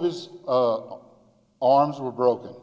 his arms were broken